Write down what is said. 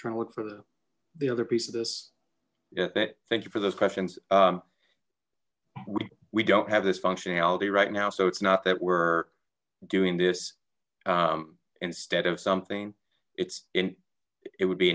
trying to look for the the other piece of this yeah thank you for those questions we don't have this functionality right now so it's not that we're doing this instead of something it's in it would be